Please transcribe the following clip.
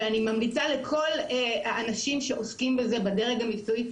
ואני ממליצה לכל האנשים שעוסקים בזה בדרג המקצועי,